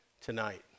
tonight